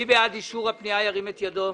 מי בעד אישור הפנייה ירים את ידו.